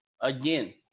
Again